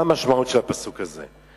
מה המשמעות של הפסוק הזה?